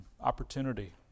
opportunity